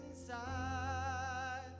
inside